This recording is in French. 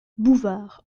bouvard